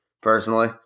personally